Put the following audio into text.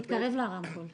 נורית, אני רוצה להעיר הערה.